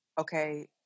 okay